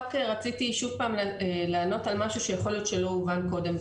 רציתי שוב פעם לענות על משהו שיכול להיות שלא הובן קודם.